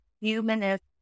humanist